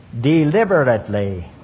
deliberately